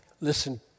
Listen